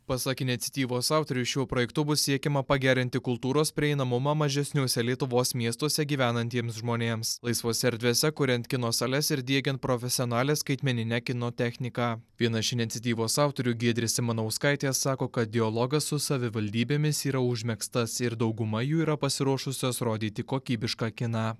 pasak iniciatyvos autorių šiuo projektu bus siekiama pagerinti kultūros prieinamumą mažesniuose lietuvos miestuose gyvenantiems žmonėms laisvose erdvėse kuriant kino sales ir diegiant profesionalią skaitmenine kino techniką viena iš iniciatyvos autorių giedrė simanauskaitė sako kad dialogas su savivaldybėmis yra užmegztas ir dauguma jų yra pasiruošusios rodyti kokybišką kiną